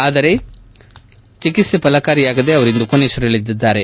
ಆದರೆ ಚಿಕಿತ್ಸೆ ಫಲಕಾರಿಯಾಗದೆ ಅವರಿಂದು ಕೊನೆಯುಸಿರೆಳೆದಿದ್ದಾರೆ